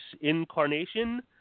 incarnation